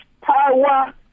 power